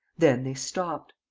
then they stopped.